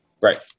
Right